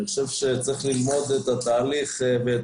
אני חושב שצריך ללמוד את התהליך ואת